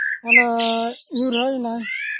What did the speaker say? ᱚᱱᱟ ᱧᱩᱨᱦᱟᱹᱭᱮᱱᱟᱭ